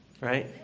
right